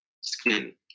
skin